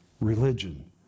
religion